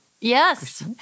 Yes